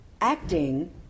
acting